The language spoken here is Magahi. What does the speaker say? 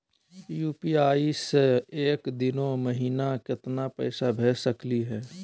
यू.पी.आई स एक दिनो महिना केतना पैसा भेज सकली हे?